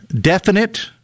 definite